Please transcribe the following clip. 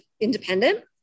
independent